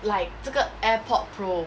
like 这个 airpods pro